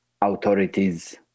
authorities